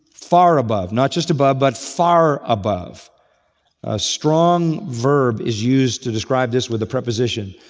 far above. not just above, but far above. a strong verb is used to describe this with a preposition.